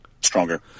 stronger